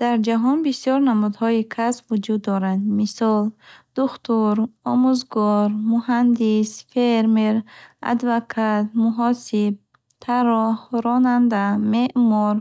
Дар ҷаҳон бисёр намудҳои касб вуҷуд доранд. Мисол: духтур, омӯзгор, муҳандис, фермер, адвокат, муҳосиб, тарроҳ, ронанда, меъмор,